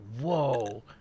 whoa